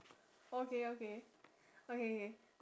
okay okay okay K